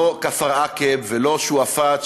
לא כפר עקב ולא שועפאט,